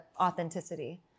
authenticity